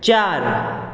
चार